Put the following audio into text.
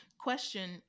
question